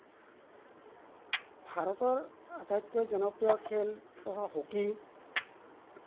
ভাৰতৰ আটাইতকৈ জনপ্ৰিয় খেল হ হকী